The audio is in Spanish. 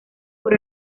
por